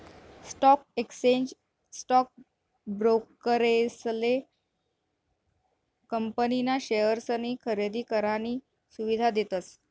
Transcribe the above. stock exchange stock ब्रोकरेसले company ना शेअर्सनी खरेदी करानी सुविधा देतस